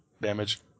damage